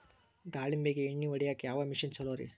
ದಾಳಿಂಬಿಗೆ ಎಣ್ಣಿ ಹೊಡಿಯಾಕ ಯಾವ ಮಿಷನ್ ಛಲೋರಿ?